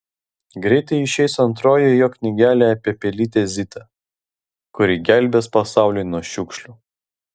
greitai išeis antroji jo knygelė apie pelytę zitą kuri gelbės pasaulį nuo šiukšlių